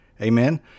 amen